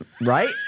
Right